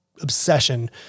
obsession